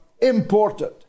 imported